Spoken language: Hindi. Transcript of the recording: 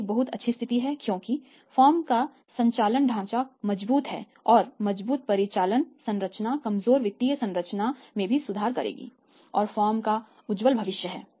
यह एक बहुत अच्छी स्थिति है क्योंकि फर्म का संचालन ढांचा मजबूत है और मजबूत परिचालन संरचना कमजोर वित्तीय संरचना में भी सुधार करेगी और फर्म का उज्ज्वल भविष्य है